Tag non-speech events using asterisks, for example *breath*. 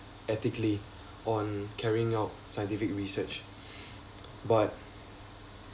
ethically on carrying out scientific research *breath* but